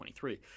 23